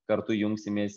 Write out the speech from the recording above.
kartu jungsimės